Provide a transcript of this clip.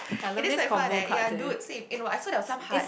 eh this quite fun eh ya dude same eh no I saw there were some heart